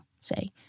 say